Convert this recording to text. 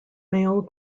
male